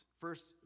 First